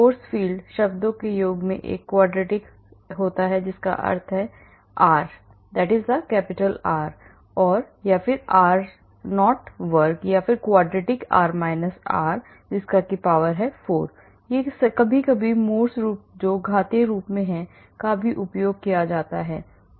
force field शब्दों के योग में एक quadratic होता है जिसका अर्थ है R का अर्थ R0 वर्ग या quartic R R0 का power of 4 से कभी कभी Morse रूप जो घातीय रूप है का भी उपयोग किया जाता है